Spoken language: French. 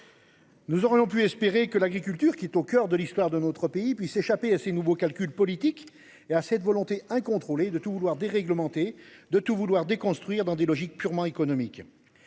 Nous aurions pu espérer que l'agriculture qui est au coeur de l'histoire de notre pays puisse échapper à ces nouveaux calculs politiques et à cette volonté incontrôlée de tout vouloir déréglementer de tout vouloir déconstruire dans des logiques purement économiques.